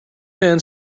men